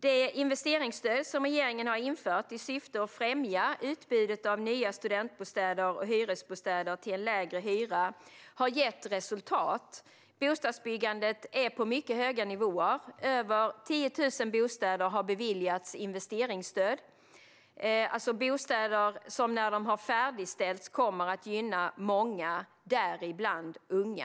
Det investeringsstöd som regeringen har infört i syfte att främja utbudet av nya studentbostäder och hyresbostäder till en lägre hyra har gett resultat. Bostadsbyggandet är på mycket höga nivåer. Över 10 000 bostäder har beviljats investeringsstöd - bostäder som när de har färdigställts kommer att gynna många, däribland unga.